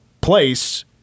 place